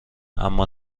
اما